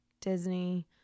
Disney